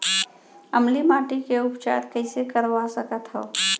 अम्लीय माटी के उपचार कइसे करवा सकत हव?